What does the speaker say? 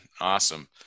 awesome